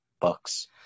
Bucks